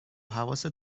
حواست